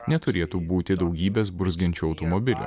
neturėtų būti daugybės burzgiančių automobilių